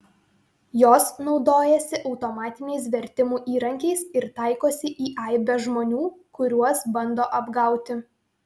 jos naudojasi automatiniais vertimų įrankiais ir taikosi į aibę žmonių kuriuos bando apgauti